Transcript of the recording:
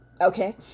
okay